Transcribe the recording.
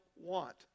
want